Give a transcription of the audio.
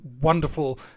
wonderful